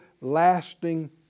lasting